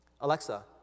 Alexa